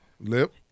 lip